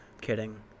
kidding